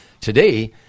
Today